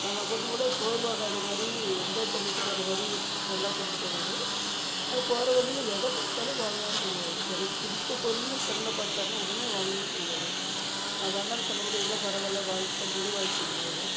நம்ம கொஞ்சம் கூட சோர்வாகாதமாதிரி என்ஜாய் பண்ணிவிட்டு போகற மாதிரி நல்லா கொண்டு போவார் அது போகற வழியில் எதை பார்த்தாலும் வாங்கலான்னு சொல்லுவார் எனக்கு பிடிச்ச பொருள்ன்னு கண்ணுல பார்த்தாருன்னா உடனே வாங்குன்னு சொல்வார் நான் வேண்டான்னு சொன்னால் கூட இல்லை பரவால்லை வாங்கிக்கோன்னு சொல்லி வாங்கி தந்துருவார்